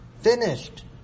finished